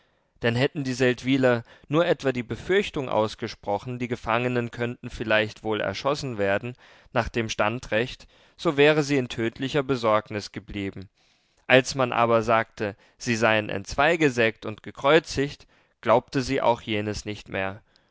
denn hätten die seldwyler nur etwa die befürchtung ausgesprochen die gefangenen könnten vielleicht wohl erschossen werden nach dem standrecht so wäre sie in tödlicher besorgnis geblieben als man aber sagte sie seien entzweigesägt und gekreuzigt glaubte sie auch jenes nicht mehr